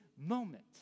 moment